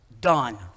done